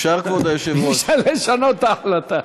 אי-אפשר לשנות את ההחלטה.